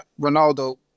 Ronaldo